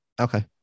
Okay